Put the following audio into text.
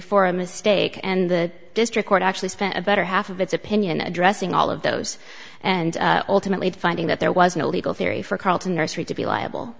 for a mistake and the district court actually spent a better half of its opinion addressing all of those and ultimately finding that there was no legal theory for carlton nursery to be liable